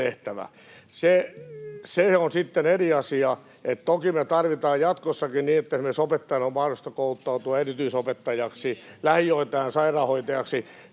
Se on sitten eri asia, että toki me tarvitaan jatkossakin niin, että esimerkiksi opettajan on mahdollista kouluttautua erityisopettajaksi ja lähihoitajan sairaanhoitajaksi.